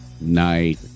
night